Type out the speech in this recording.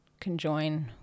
conjoin